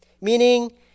meaning